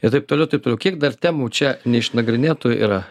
ir taip toliau taip toliau kiek dar temų čia neišnagrinėtų yra